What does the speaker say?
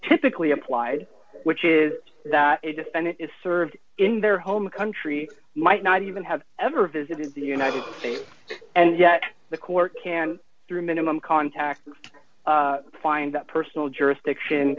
typically applied which is that a defendant is served in their home country might not even have ever visited the united states and yet the court can through minimum contact find that personal jurisdiction